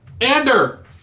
Ander